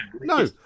No